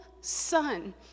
son